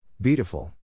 Beautiful